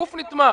גוף נתמך.